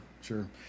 sure